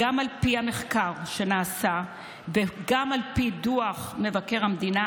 גם על פי המחקר שנעשה וגם על פי דוח מבקר המדינה,